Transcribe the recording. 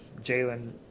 Jalen